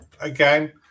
Again